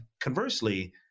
conversely